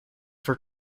for